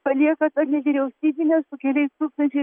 palieka nevyriausybines su keliais tūkstančiais